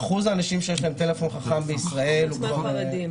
אחוז האנשים שיש להם טלפון חכם בישראל הוא -- המגזר החרדי.